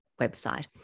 website